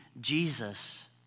Jesus